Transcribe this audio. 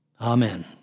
Amen